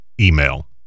email